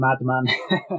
madman